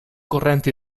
correnti